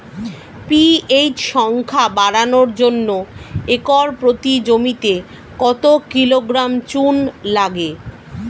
PH সংখ্যা বাড়ানোর জন্য একর প্রতি জমিতে কত কিলোগ্রাম চুন লাগে?